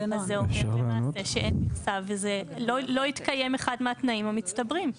זה אומר למעשה שאין מכסה וזה לא התקיים אחד מהתנאים המצטברים.